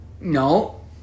No